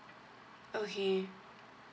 okay